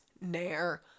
nair